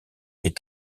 est